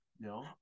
no